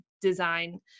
design